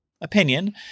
opinion